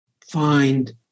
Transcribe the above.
find